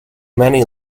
many